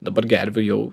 dabar gervių jau